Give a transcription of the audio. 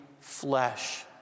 flesh